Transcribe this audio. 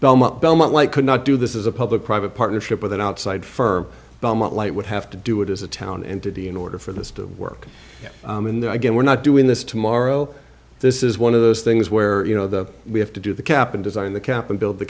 belmont belmont why could not do this is a public private partnership with an outside firm belmont light would have to do it as a town entity in order for this to work in there again we're not doing this tomorrow this is one of those things where you know the we have to do the cap and design the cap and build the